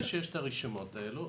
בוודאי שיש את הרשימות האלה,